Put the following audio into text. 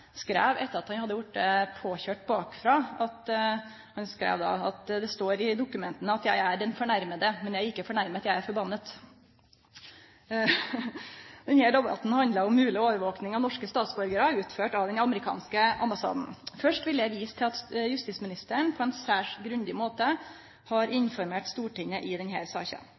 skreiv i skademeldinga til forsikringsselskapet etter at han hadde vorte køyrd på bakfrå: «Det står i dokumentene at jeg er den fornærmede. Jeg er ikke fornærmet, jeg er forbannet!» Denne debatten handlar om mogleg overvaking av norske statsborgarar utført av den amerikanske ambassaden. Først vil eg vise til at justisministeren på ein særs grundig måte har informert Stortinget i denne saka.